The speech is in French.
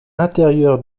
intérieur